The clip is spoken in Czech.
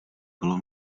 bylo